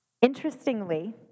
Interestingly